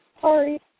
Sorry